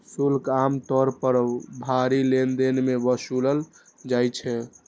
शुल्क आम तौर पर भारी लेनदेन मे वसूलल जाइ छै